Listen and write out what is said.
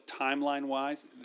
timeline-wise